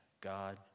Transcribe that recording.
God